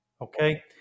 okay